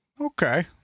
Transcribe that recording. Okay